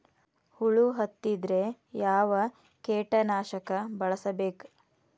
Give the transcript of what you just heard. ಹುಳು ಹತ್ತಿದ್ರೆ ಯಾವ ಕೇಟನಾಶಕ ಬಳಸಬೇಕ?